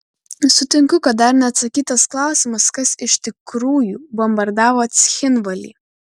sutinku kad dar neatsakytas klausimas kas iš tikrųjų bombardavo cchinvalį